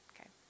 Okay